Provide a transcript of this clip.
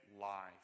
life